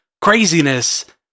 craziness